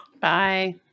Bye